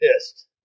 pissed